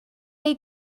you